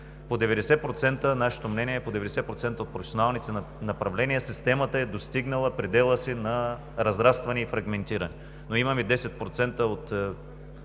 проекти. Нашето мнение е: по 90% от професионалните направления системата е достигнала предела си на разрастване и фрагментиране, но имаме 10% от